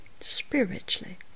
spiritually